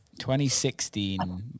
2016